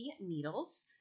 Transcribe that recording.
needles